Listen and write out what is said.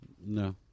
no